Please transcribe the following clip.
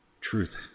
Truth